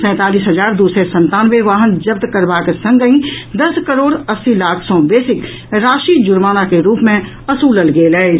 सैंतालीस हजार दू सय संतानवे वाहन जब्त करबाक के संगहि दस करोड़ अस्सी लाख सँ बेसीक राशि जुर्माना के रूप मे उसूलल गेल अछि